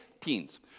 teens